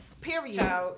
Period